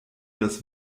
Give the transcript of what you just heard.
das